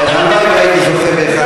מה קרה?